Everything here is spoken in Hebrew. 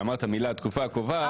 שאמרת את המילה התקופה הקובעת,